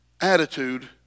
attitude